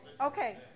okay